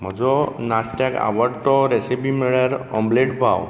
म्हजो नाशत्याक आवडपी रेसीपी म्हळ्यार ऑमलेट पाव